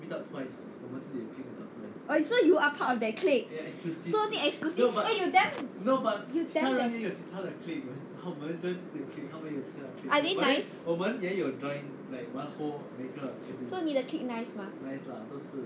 oh so you are part of that clique so exclusive eh you damn you damn bad are they nice so 你的 clique nice mah